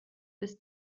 bis